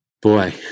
Boy